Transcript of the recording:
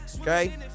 okay